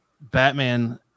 Batman